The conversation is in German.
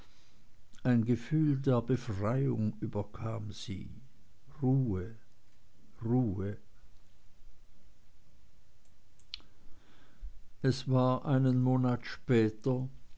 ein gefühl der befreiung überkam sie ruhe ruhe es war einen monat später